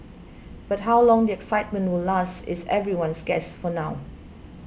but how long the excitement will last is everyone's guess for now